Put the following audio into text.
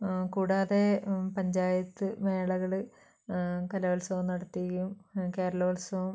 കൂടാതെ പഞ്ചായത്ത് മേളകള് കലോത്സവം നടത്തുകയും കേരളോത്സവം